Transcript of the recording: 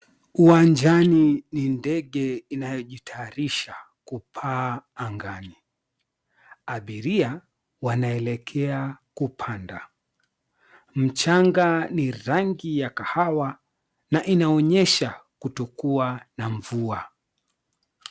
Uwanjani ni ndege inayojitayarisha kupaa angani. Abiria, wanaelekea kupanda. Mchanga ni rangi ya kahawa na inaonyesha kutokuwa na mvua.